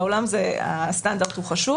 בעולם הסטנדרט הוא חשוב.